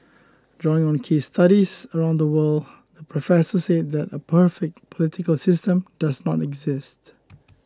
drawing on case studies around the world the professor said that a perfect political system does not exist